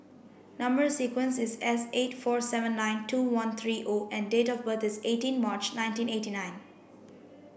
number sequence is S eight four seven nine two one three O and date of birth is eighteen March nineteen eighty nine